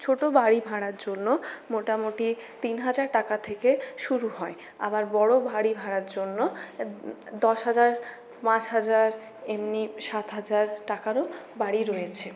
ছোট বাড়ি ভাড়ার জন্য মোটামুটি তিন হাজার টাকা থেকে শুরু হয় আবার বড় বাড়ি ভাড়ার জন্য দশ হাজার পাঁচ হাজার এমনি সাত হাজার টাকারও বাড়ি রয়েছে